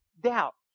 doubt